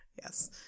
Yes